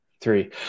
three